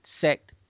sect